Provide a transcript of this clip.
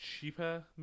cheaper